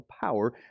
power